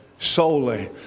solely